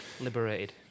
Liberated